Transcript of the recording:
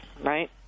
right